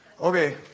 Okay